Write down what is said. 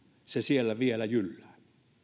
se siellä vielä jyllää